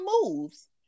moves